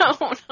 no